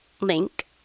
link